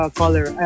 color